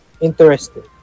Interesting